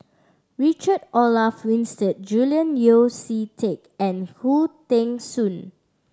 Richard Olaf Winstedt Julian Yeo See Teck and Khoo Teng Soon